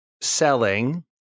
selling